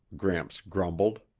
gramps grumbled.